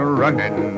running